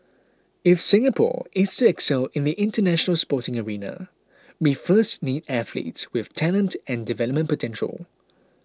if Singapore is excel in the International Sporting arena we first need athletes with talent and development potential